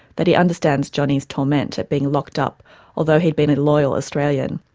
that he understands johnny's torment at being locked up although he'd been a loyal australian,